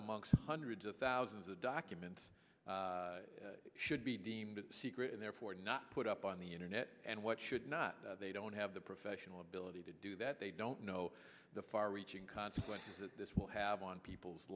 amongst hundreds of thousands of documents should be deemed secret and therefore not put up on the internet and what should not they don't have the professional ability to do that they don't know the far reaching consequences that this will have on people's